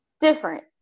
different